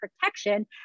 protection